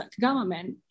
government